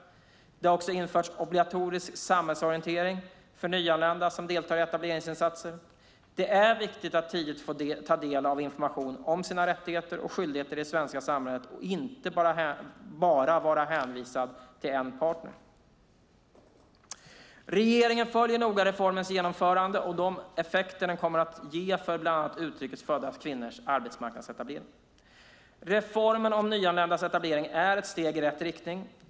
Det har också införts obligatorisk samhällsorientering för nyanlända som deltar i etableringsinsatser. Det är viktigt att tidigt få ta del av information om sina rättigheter och skyldigheter i det svenska samhället och inte bara vara hänvisad till en partner. Regeringen följer noga reformens genomförande och de effekter den kommer att ge för bland andra utrikes födda kvinnors arbetsmarknadsetablering. Reformen om nyanländas etablering är ett steg i rätt riktning.